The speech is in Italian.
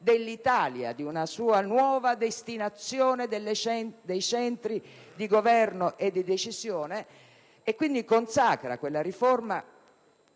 dell'Italia, di una nuova destinazione dei centri di governo e di decisione, pertanto consacra quella riforma